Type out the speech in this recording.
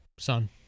Son